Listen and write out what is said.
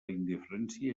indiferència